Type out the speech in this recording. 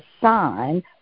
sign